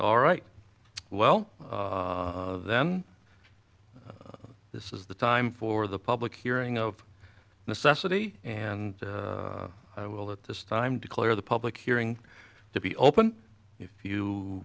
all right well then this is the time for the public hearing of necessity and will at this time declare the public hearing to be open if you